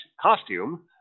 costume